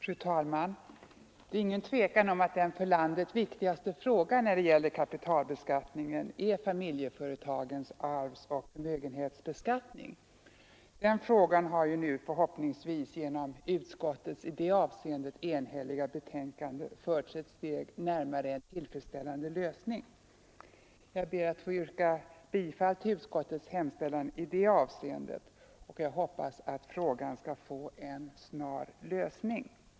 Fru talman! Det råder inget tvivel om att den för landet viktigaste frågan när det gäller kapitalbeskattningen är familjeföretagens arvsoch förmögenhetsbeskattning. Den frågan har nu förhoppningsvis genom utskottets i det avseendet enhälliga betänkande förts ett steg närmare en tillfredsställande lösning. Jag ber att få yrka bifall till utskottets hemställan i detta avseende, och jag hoppas att frågan snart skall lösas.